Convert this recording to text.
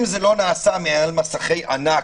אם זה לא נעשה מעל מסכי ענק,